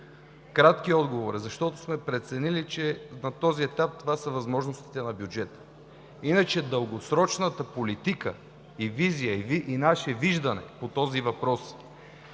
Краткият отговор е: защото сме преценили, че на този етап това са възможностите на бюджета. Иначе дългосрочната политика и визия и наше виждане по този въпрос,